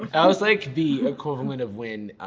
that was like, the equivalent of when,